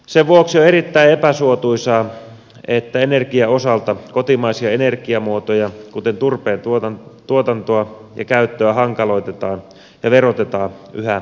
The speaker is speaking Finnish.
sen vuoksi on erittäin epäsuotuisaa että energian osalta kotimaisia energiamuotojen kuten turpeen tuotantoa ja käyttöä hankaloitetaan ja verotetaan yhä kovemmin